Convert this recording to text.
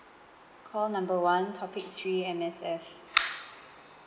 call number one topic three M_S_F